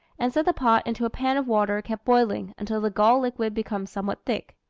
and set the pot into a pan of water kept boiling until the gall-liquid becomes somewhat thick.